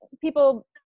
people